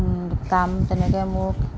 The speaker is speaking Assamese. কাম তেনেকৈ মোৰ